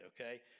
okay